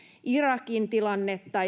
irakin tilannetta